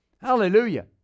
Hallelujah